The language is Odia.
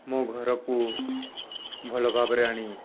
ମୋ ଘରକୁ ଭଲଭାବରେ ଆଣି